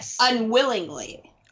unwillingly